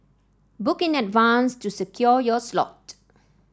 book in advance to secure your slot